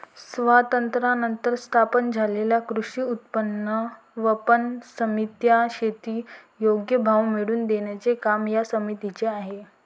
स्वातंत्र्यानंतर स्थापन झालेल्या कृषी उत्पन्न पणन समित्या, शेती योग्य भाव मिळवून देण्याचे काम या समितीचे आहे